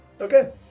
Okay